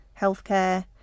healthcare